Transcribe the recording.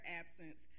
absence